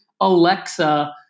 Alexa